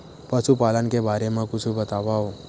पशुपालन के बारे मा कुछु बतावव?